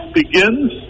begins